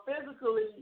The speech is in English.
physically